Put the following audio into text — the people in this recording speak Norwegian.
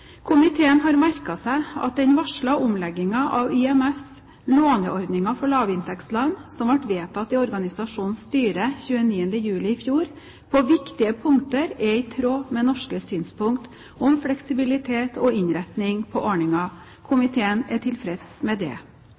Komiteen har merket seg at den varslede omleggingen av IMFs låneordninger for lavinntektsland, som ble vedtatt i organisasjonens styre 29. juli i fjor, på viktige punkter er i tråd med norske synspunkter på fleksibilitet og innretning på ordningen. Komiteen er tilfreds med det.